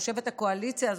חושבת הקואליציה הזאת,